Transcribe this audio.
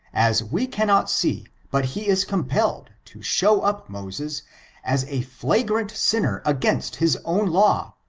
as we cannot see but he is compelled to show up moses as a flagrant sinner against his own law,